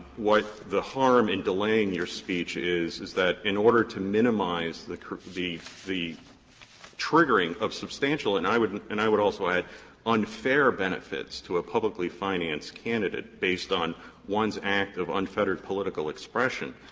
what the harm in delaying your speech is is that in order to minimize the the the triggering of substantial, and i would and i would also add unfair benefits to a publicly financed candidate based on one's act of unfettered political expression,